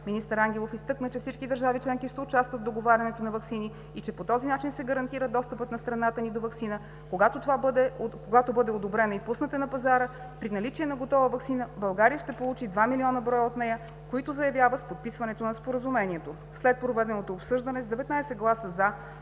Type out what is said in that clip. Министър Ангелов изтъкна, че всички държави членки ще участват в договарянето на ваксини и че по този начин се гарантира достъпът на страната ни до ваксина, когато такава бъде одобрена и пусната на пазара. При наличие на готова ваксина България ще получи 2 млн. броя от нея, които заявява с подписването на Споразумението. След проведеното обсъждане с 19 гласа „за“,